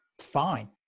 Fine